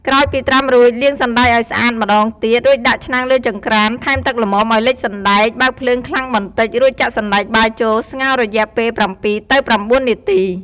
ក្រោយពីត្រាំរួច លាងសណ្ដែកឱ្យស្អាតម្តងទៀត រួចដាក់ឆ្នាំងលើចង្ក្រាន ថែមទឹកល្មមឱ្យលិចសណ្ដែក បើកភ្លើងខ្លាំងបន្តិច រួចចាក់សណ្ដែកបាយចូលស្ងោររយៈពេល ៧ ទៅ ៩ នាទី។